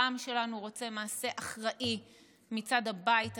העם שלנו רוצה מעשה אחראי מצד הבית הזה,